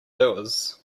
doers